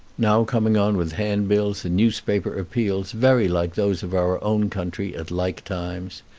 now coming on with handbills and newspaper appeals very like those of our own country at like times.